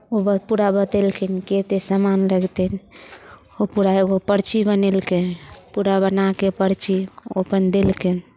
ओ पूरा बतेलखिन कि एतेक सामान लगतनि ओ पूरा एगो पर्ची बनेलकै पूरा बना कऽ पर्ची ओ अपन देलकनि